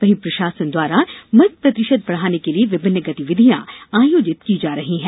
वहीं प्रशासन द्वारा मत प्रतिशत बढ़ाने के लिए विभिन्न गतिविधियां आयोजित की जा रही है